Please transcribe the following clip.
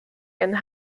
and